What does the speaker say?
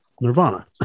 Nirvana